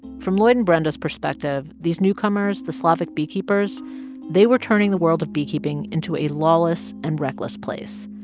from lloyd and brenda's perspective, these newcomers the slavic beekeepers they were turning the world of beekeeping into a lawless and reckless place,